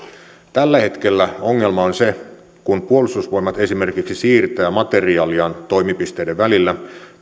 tällä hetkellä ongelma on se että kun puolustusvoimat esimerkiksi siirtää materiaaliaan toimipisteiden välillä